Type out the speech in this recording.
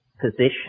position